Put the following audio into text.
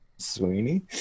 Sweeney